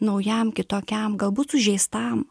naujam kitokiam galbūt sužeistam